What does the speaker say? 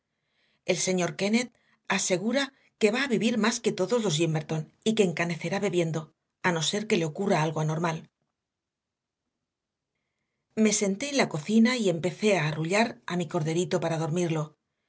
el señor kennett asegura que va a vivir más que todos los de gimmerton y que encanecerá bebiendo a no ser que le ocurra algo anormal me senté en la cocina y empecé a arrullar a mi corderito para dormirlo